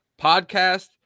podcast